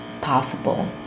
possible